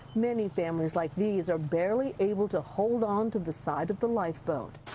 many families like these are barely able to hold on to the side of the lifeboat.